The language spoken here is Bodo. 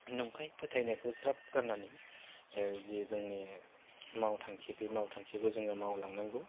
नंखाय फोथायनायखौ ज्राब गारनानै जे जोंनि मावथांखि बे मावथांखिखौ जोङो मावलांनांगौ